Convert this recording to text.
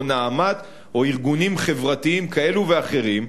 "נעמת" או ארגונים חברתיים כאלו ואחרים,